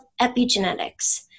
epigenetics